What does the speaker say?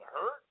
hurt